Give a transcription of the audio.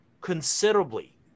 considerably